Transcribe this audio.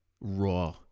raw